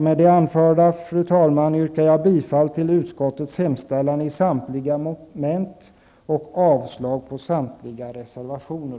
Med det anförda, fru talman, yrkar jag bifall till utskottets hemställan under samtliga moment och avslag på samtliga reservationer.